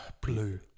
Blue